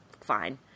fine